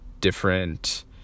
different